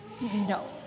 No